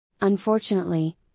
Unfortunately